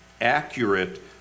accurate